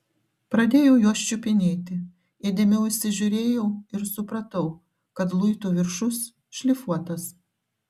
pradėjau juos čiupinėti įdėmiau įsižiūrėjau ir supratau kad luitų viršus šlifuotas